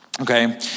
Okay